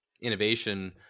innovation